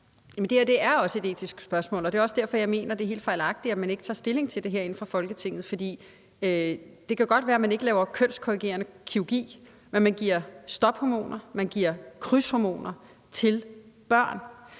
det her er også et etisk spørgsmål, og det er også derfor, jeg mener, at det er helt fejlagtigt, at man ikke tager stilling til det herinde fra Folketinget. For det kan godt være, at man ikke laver kønskorrigerende kirurgi, men man giver stophormoner, og man giver krydshormoner til børn,